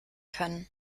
können